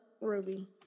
Ruby